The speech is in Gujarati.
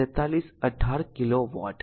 4318 કિલોવોટ